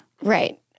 right